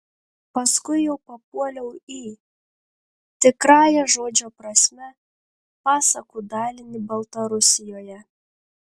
paskui jau papuoliau į tikrąja žodžio prasme pasakų dalinį baltarusijoje